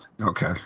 Okay